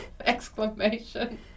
exclamation